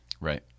right